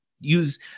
use